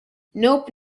nope